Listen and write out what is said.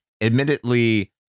admittedly